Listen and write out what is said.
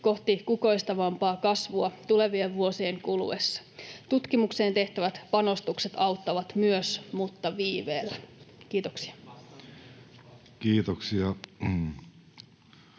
kohti kukoistavampaa kasvua tulevien vuosien kuluessa. Tutkimukseen tehtävät panostukset auttavat myös, mutta viiveellä. — Kiitoksia. Kiitoksia.